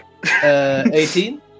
18